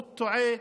הוא טועה.